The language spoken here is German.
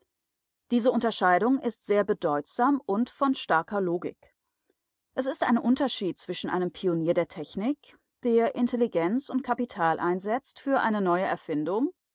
diese unterscheidung ist sehr bedeutsam und von starker logik es ist ein unterschied zwischen einem pionier der technik der intelligenz und kapital einsetzt für eine neue erfindung